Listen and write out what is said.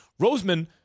Roseman